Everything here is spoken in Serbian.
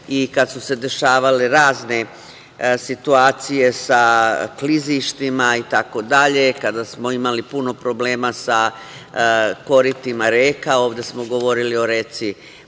i kada su se dešavale razne situacije sa klizištima itd, kada smo imali puno problema sa koritima reka. Ovde smo govorili o reci